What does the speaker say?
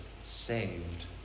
saved